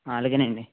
అలాగేనండి